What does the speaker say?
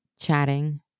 chatting